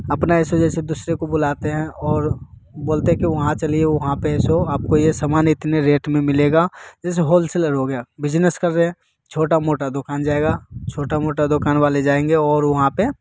अपना ऐसे जैसे दूसरे को बुलाते हैं और बोलते हैं कि वहाँ चलिए वहाँ पर आपको ये सामान इतने रेट में मिलेगा जैसे होलसेल हो गया बिजनेस कर रहें हैं छोटा मोटा दुकान जाएगा छोटा मोटा दुकान वाले जाएँगे और वहाँ पर